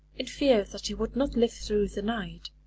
in fear that he would not live through the night.